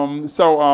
um so